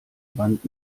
wand